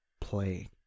play